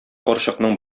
карчыкның